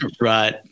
Right